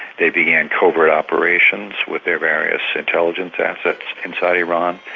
they began covert operations with their various intelligence assets inside iran,